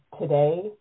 today